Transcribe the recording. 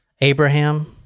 Abraham